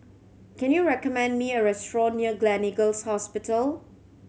can you recommend me a restaurant near Gleneagles Hospital